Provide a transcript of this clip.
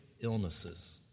illnesses